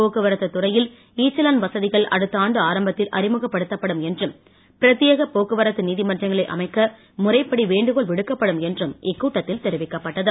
போக்குவரத்து துறையில் இ ச்சலான் வசதிகள் அடுத்த ஆண்டு ஆரம்பத்தில் அறிமுகப் படுத்தப்படும் என்றும் பிரத்தியேக போக்குவரத்து நீதிமன்றங்களை அமைக்க விடுக்கப்படும் என்றும் இக்கூட்டத்தில் தெரிவிக்கப்பட்டது